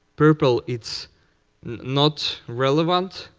purple it's not relevant,